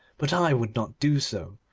but i would not do so.